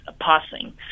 passing